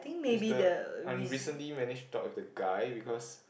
with the I recently managed to talk with the guy because